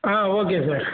ah okay sir